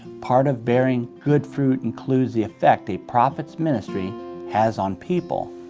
part of bearing good fruit includes the effect a prophet's ministry has on people.